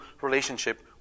relationship